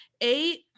eight